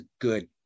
good